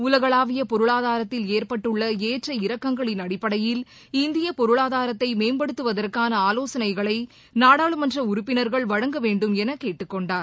உலகளாவிய பொருளாதாரத்தில் ஏற்பட்டுள்ள ஏற்ற இறக்கங்களின் அடிப்படையில் இந்திய பொருளாதாரத்தை மேம்படுத்துவதற்கான உறுப்பினர்கள் வழங்க வேண்டும் என கேட்டுக்கொண்டார்